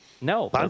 No